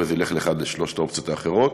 וזה ילך לאחת משלוש האופציות האחרות,